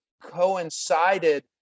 coincided